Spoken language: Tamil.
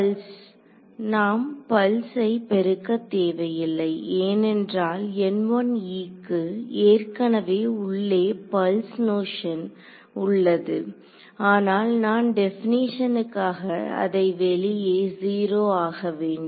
பல்ஸ் நாம் பல்ஸை பெருக்க தேவையில்லை ஏனென்றால் க்கு ஏற்கனவே உள்ளே பல்ஸ் நோஷன் உள்ளது ஆனால் நான் டெபனிஷனுக்காக அதை வெளியே 0 ஆக வேண்டும்